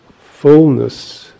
fullness